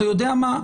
אתה יודע מה?